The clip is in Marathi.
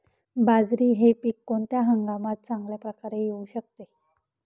बाजरी हे पीक कोणत्या हंगामात चांगल्या प्रकारे येऊ शकते?